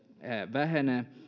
vähenee